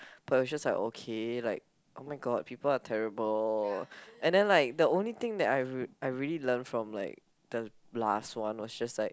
but I was just like okay like oh-my-god people are terrible and then like the only thing that I re~ I really learn from like the last one was just like